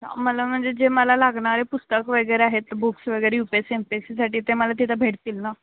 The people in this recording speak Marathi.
मला म्हणजे जे मला लागणारे पुस्तक वगैरे आहेत बुक्स वगैरे U P S C M P S C साठी ते मला तिथं भेटतील ना